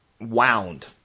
wound